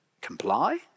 comply